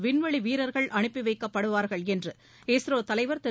விண்வெளி வீரர்கள் அனுப்பி வைக்கப்படுவார்கள் என்று இஸ்ரோ தலைவர் திரு